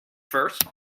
first